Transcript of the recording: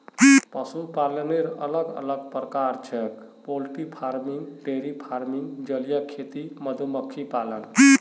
पशुपालनेर अलग अलग प्रकार छेक पोल्ट्री फार्मिंग, डेयरी फार्मिंग, जलीय खेती, मधुमक्खी पालन